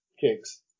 kicks